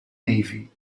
navy